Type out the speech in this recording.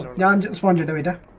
nine so hundred ah and